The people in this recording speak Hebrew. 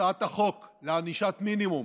הצעת החוק לענישת מינימום